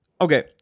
Okay